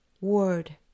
word